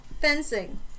Fencing